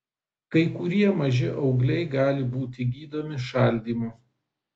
kai kurie maži augliai gali būti gydomi šaldymu